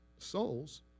souls